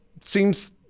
seems